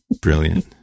brilliant